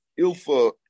Ilfa